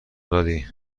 دادی